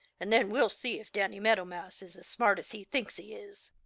and then we'll see if danny meadow mouse is as smart as he thinks he is,